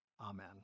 Amen